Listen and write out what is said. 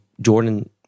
Jordan